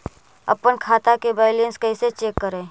अपन खाता के बैलेंस कैसे चेक करे?